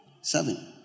Seven